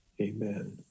amen